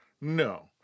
No